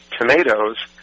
tomatoes